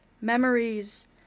memories